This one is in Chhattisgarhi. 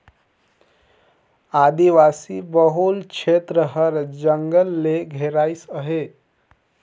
आदिवासी बहुल छेत्र हर जंगल ले घेराइस अहे